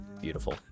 beautiful